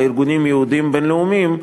לארגונים יהודיים בין-לאומיים,